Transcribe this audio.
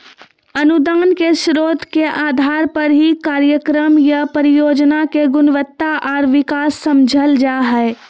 अनुदान के स्रोत के आधार पर ही कार्यक्रम या परियोजना के गुणवत्ता आर विकास समझल जा हय